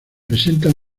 presenta